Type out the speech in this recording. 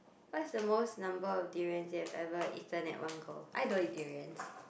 what is the most number of durians you have ever eaten at one go I don't eat durians